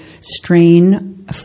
strain